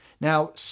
now